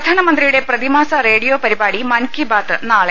പ്രധാനമന്ത്രിയുടെ പ്രതിമാസ റേഡിയോ പരിപാടി മൻ കി ബാത്ത് നാളെ